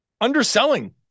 underselling